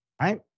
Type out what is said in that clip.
right